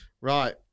Right